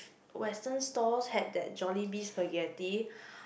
western stalls had that Jolibee spaghetti